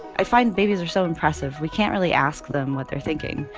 i find babies are so impressive. we can't really ask them what they're thinking.